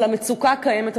אבל המצוקה קיימת,